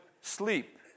sleep